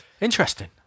Interesting